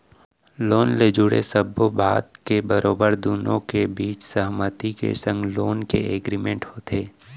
loan ले जुड़े सब्बो बात के बरोबर दुनो के बीच सहमति के संग लोन के एग्रीमेंट होथे